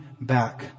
back